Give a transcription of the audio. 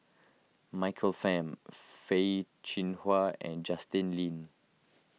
Michael Fam Peh Chin Hua and Justin Lean